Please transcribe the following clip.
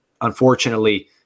unfortunately